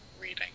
reading